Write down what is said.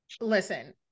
Listen